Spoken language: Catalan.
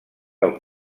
del